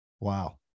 Wow